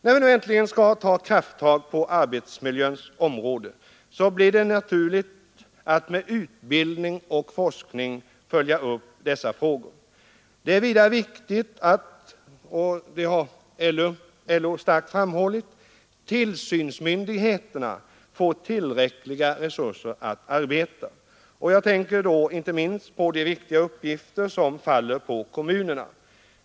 När vi nu äntligen skall ta krafttag på arbetsmiljöns område blir det naturligt att med utbildning och forskning följa upp dessa frågor. Det är vidare viktigt — vilket LO starkt har betonat — att tillsynsmyndigheterna får tillräckliga resurser att arbeta. Jag tänker då inte minst på de viktiga uppgifter som faller på kommunerna.